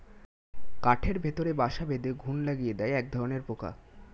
কাঠের ভেতরে বাসা বেঁধে ঘুন লাগিয়ে দেয় একধরনের পোকা